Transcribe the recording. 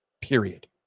period